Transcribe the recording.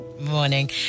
Morning